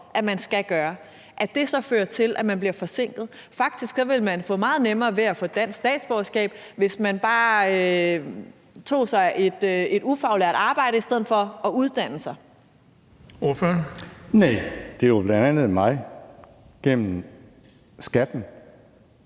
om man skal gøre, så fører til, at man bliver forsinket. Faktisk vil man få meget nemmere ved at få dansk statsborgerskab, hvis man bare tog sig et ufaglært arbejde i stedet for at uddanne sig. Kl. 19:03 Den fg. formand (Erling Bonnesen):